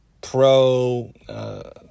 pro